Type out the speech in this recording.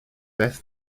beth